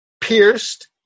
pierced